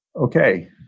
okay